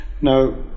Now